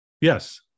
Yes